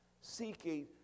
seeking